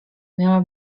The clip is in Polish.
miała